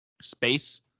space